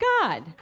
God